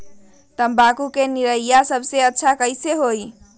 तम्बाकू के निरैया सबसे अच्छा कई से होई?